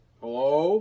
hello